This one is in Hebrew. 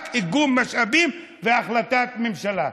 רק איגום משאבים והחלטת ממשלה.